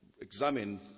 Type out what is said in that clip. examine